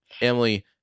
Emily